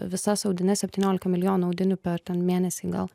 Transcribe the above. visas audines septyniolika milijonų audinių per mėnesį gal